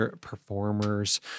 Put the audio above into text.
performers